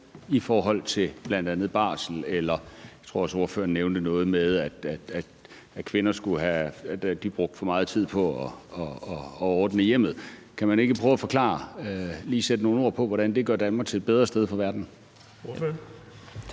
i forhold til bl.a. barsel eller at ordne hjemmet? Jeg tror, ordføreren nævnte noget med, at kvinder brugte for meget tid på at ordne hjemmet. Kan man ikke prøve at forklare det og lige sætte nogle ord på, hvordan det gør Danmark til et bedre sted for verden?